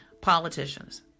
Politicians